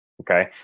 Okay